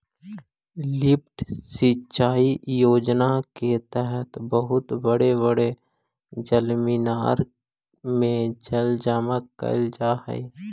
lift सिंचाई योजना के तहत बहुत बड़े बड़े जलमीनार में जल जमा कैल जा हई